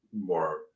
more